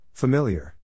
Familiar